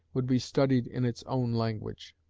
would be studied in its own language.